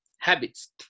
habits